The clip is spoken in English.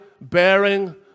bearing